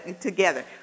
together